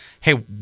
hey